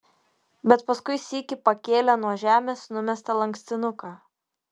bet paskui sykį pakėlė nuo žemės numestą lankstinuką